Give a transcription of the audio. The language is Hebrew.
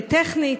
טכנית.